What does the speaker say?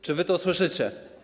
Czy wy to słyszycie?